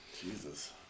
Jesus